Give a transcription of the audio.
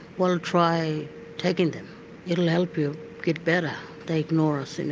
well try taking them it'll help you get better they ignore us and